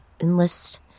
enlist